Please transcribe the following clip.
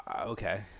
okay